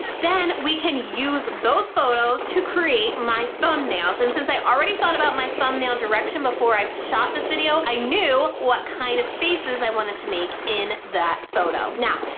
then we can use those photos to create my thumbnails, and since i already thought about my thumbnail direction before i shot this video, i knew what kind of faces i wanted to make in that photo. now,